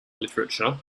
literature